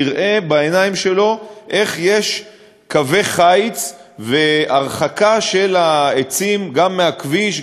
יראה בעיניים שלו איך יש קווי חיץ והרחקה של העצים גם מהכביש,